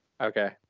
Okay